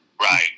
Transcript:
Right